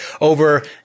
over